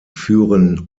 führen